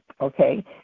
okay